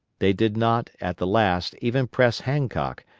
they did not, at the last, even press hancock,